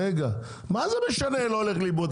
מה זה משנה שהוא לא הולך לאיבוד?